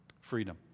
Freedom